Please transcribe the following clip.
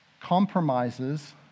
Compromises